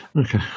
Okay